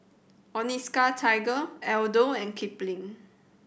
Onitsuka Tiger Aldo and Kipling